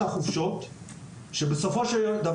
בסופו של דבר הם יובילו לתועלת